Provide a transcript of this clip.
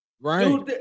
Right